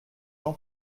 jean